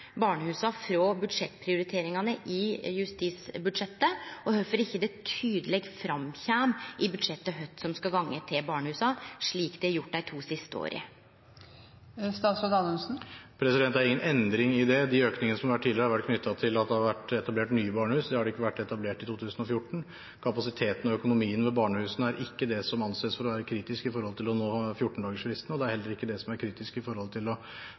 i justisbudsjettet, og kvifor det ikkje kjem tydeleg fram i budsjettet kva som skal gå til barnehusa, slik det har gjort dei to siste åra. Det er ingen endring i dette. De økningene som har vært tidligere, har vært knyttet til at det har blitt etablert nye barnehus. Det har det ikke blitt etablert i 2014. Kapasiteten og økonomien til barnehusene er ikke det som anses å være kritisk for å nå 14-dagersfristen. Det er heller ikke det som er kritisk for å få gjennomført barneavhør i